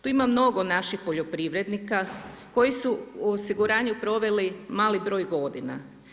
Tu ima mnogo naših poljoprivrednika koji su u osiguranju proveli mali broj godina.